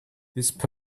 post